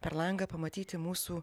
per langą pamatyti mūsų